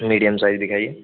medium size दिखाइए